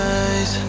eyes